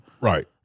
right